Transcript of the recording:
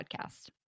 podcast